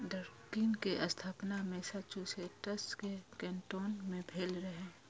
Dunkin के स्थापना Massachusetts के कैन्टोन मे भेल रहै